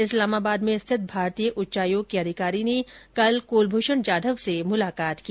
इस्लामाबाद में स्थित भारतीय उच्चायोग के अधिकारी ने कल कुलभूषण जाधव से मुलाकात की